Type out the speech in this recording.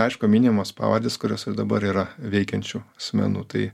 aišku minimos pavardės kurios ir dabar yra veikiančių asmenų tai